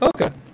okay